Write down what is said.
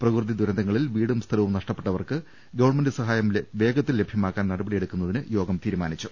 പ്രകൃതി ദുര ന്തങ്ങളിൽ വീടും സ്ഥലവും നഷ്ടപ്പെട്ടവർക്ക് ഗവൺമെന്റ് സഹായം വേഗ ത്തിൽ ലഭ്യമാക്കാൻ നടപടിയെടുക്കുന്നതിന് യോഗം തീരുമാനിച്ചു